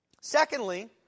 Secondly